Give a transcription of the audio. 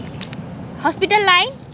hospital line